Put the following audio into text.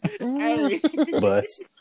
Bus